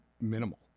minimal